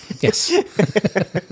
Yes